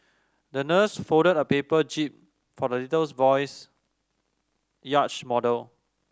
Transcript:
the nurse folded a paper jib for the little boy's yacht model